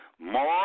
More